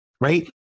Right